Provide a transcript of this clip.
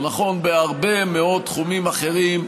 הוא נכון בהרבה מאוד תחומים אחרים,